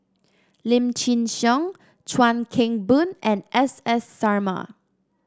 Lim Chin Siong Chuan Keng Boon and S S Sarma